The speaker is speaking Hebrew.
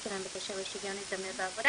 שלהם בקשר לשוויון הזדמנויות בעבודה